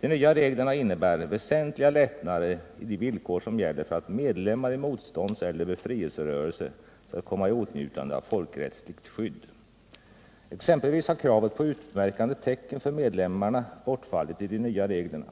De nya reglerna innebär väsentliga lättnader i de villkor som gäller för att medlemmar i motstånds eller befrielserörelse skall komma i åtnjutande av folkrättsligt skydd. Exempelvis har kravet på utmärkande tecken för medlemmarna bortfallit i de nya reglerna.